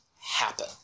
happen